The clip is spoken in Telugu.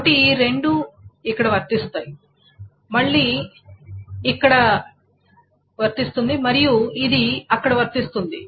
కాబట్టి ఈ రెండు ఇక్కడ వర్తిస్తాయి ఇది మళ్ళీ ఇక్కడ వర్తిస్తుంది మరియు ఇది అక్కడ వర్తిస్తుంది